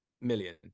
million